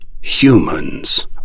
Humans